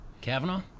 kavanaugh